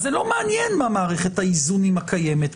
אז זה לא מעניין מה מערכת האיזונים הקיימת,